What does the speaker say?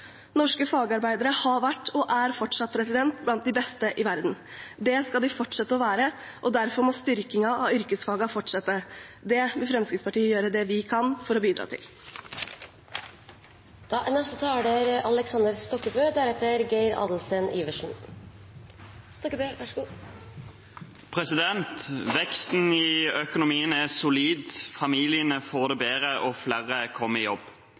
Norske fagarbeidere har vært og er fortsatt blant de beste i verden. Det skal de fortsette å være, og derfor må styrkingen av yrkesfagene fortsette. Det vil Fremskrittspartiet gjøre det de kan for å bidra til. Veksten i økonomien er solid, familiene får det bedre, og flere kommer i jobb. I skolen lærer elevene mer, og færre faller fra. Vei og jernbane bygges som aldri før, og